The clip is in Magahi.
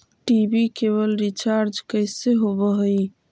टी.वी केवल रिचार्ज कैसे होब हइ?